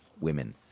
women